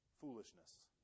foolishness